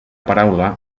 paraula